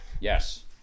Yes